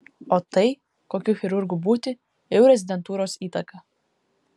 o tai kokiu chirurgu būti jau rezidentūros įtaka